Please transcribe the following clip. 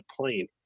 plane